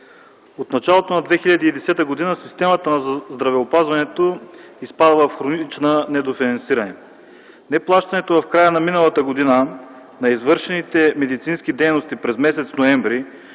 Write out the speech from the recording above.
От началото на 2010 г. системата на здравеопазването изпада в хронично недофинансиране. Неплащането в края на миналата година на извършените медицински дейности през м. ноември